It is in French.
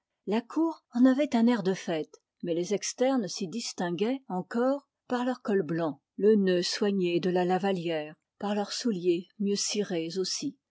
la cour en avait un air de fête mais les externes s'y distinguaient encore par leur col blanc le nœud soigné de la lavallière par leurs souliers mieux cirés aussi